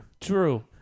True